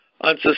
on